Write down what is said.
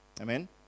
Amen